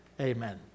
Amen